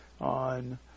on